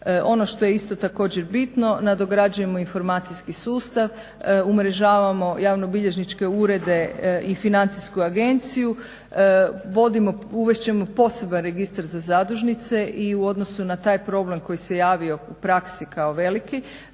Ono što je isto također bitno nadograđujemo informacijski sustav, umrežavamo javnobilježničke urede i Financijsku agenciju. Vodimo, uvest ćemo poseban registar za zadužnice i u odnosu na taj problem koji se javio u praksi kao veliki